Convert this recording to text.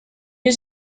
est